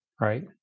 right